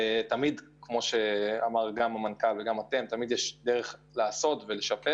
תמיד יש דרך לעשות ולשפר